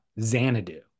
Xanadu